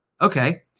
okay